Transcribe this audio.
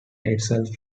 itself